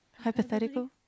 Hypothetical